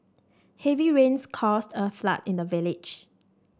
heavy rains caused a flood in the village